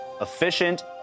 efficient